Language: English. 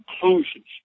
conclusions